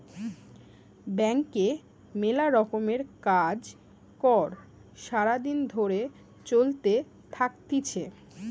ব্যাংকে মেলা রকমের কাজ কর্ সারা দিন ধরে চলতে থাকতিছে